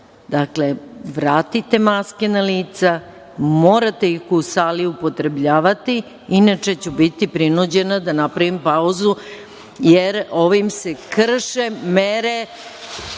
Dakle, vratite maske na lica, morate ih u sali upotrebljavati inače ću biti prinuđena da napravim pauzu jer se ovim krše mere